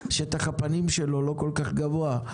שטח הפנים שלו לא כל כך גבוה.